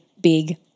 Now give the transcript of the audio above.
big